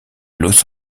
los